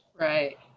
right